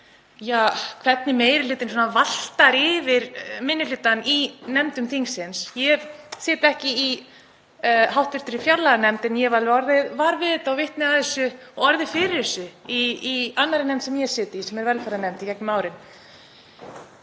ræða hvernig meiri hlutinn valtar yfir minni hlutann í nefndum þingsins. Ég sit ekki í hv. fjárlaganefnd en ég hef alveg orðið vör við þetta og vitni að þessu og orðið fyrir þessu í annarri nefnd sem ég sit í, velferðarnefnd, í gegnum árin.